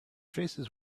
faces